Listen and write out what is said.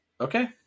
Okay